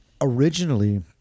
originally